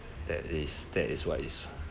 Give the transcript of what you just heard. that is that is what is